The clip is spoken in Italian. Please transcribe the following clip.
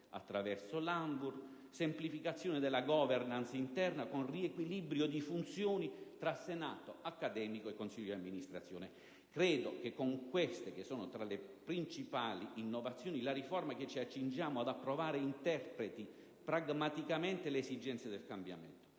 attraverso l'ANVUR; semplificazione della *governance* interna con riequilibrio di funzioni tra senato accademico e consiglio di amministrazione: credo che con queste, che sono tra le principali innovazioni, la riforma che ci accingiamo ad approvare interpreti pragmaticamente le esigenze del cambiamento.